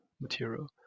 material